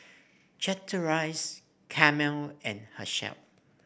Chateraise Camel and Herschel